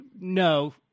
no